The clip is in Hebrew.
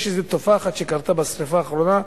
יש תופעה אחת שקרתה בשרפה האחרונה,